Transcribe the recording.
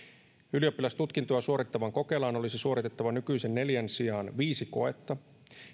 ylioppilastutkintoa suorittavan kokelaan olisi suoritettava nykyisen neljän sijaan viisi koetta